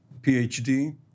PhD